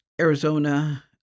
Arizona